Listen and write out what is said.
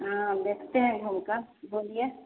हाँ देखते हैं घूमकर बोलिए